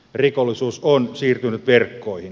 rikollisuus on siirtynyt verkkoihin